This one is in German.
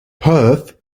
perth